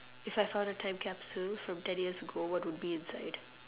if I found a time capsule from ten years ago what would be inside